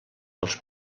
dels